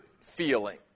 feeling